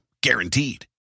Guaranteed